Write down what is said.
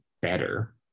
better